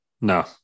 no